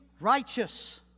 righteous